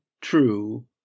true